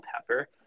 pepper